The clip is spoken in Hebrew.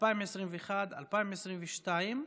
2021 ו-2022).